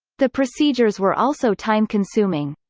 the procedures were also time consuming.